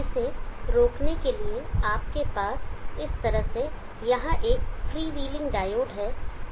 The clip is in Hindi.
इसे रोकने के लिए आपके पास इस तरह से यहां एक फ्रीव्हीलिंग डायोड है